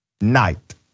night